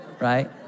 Right